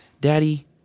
Daddy